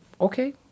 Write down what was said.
okay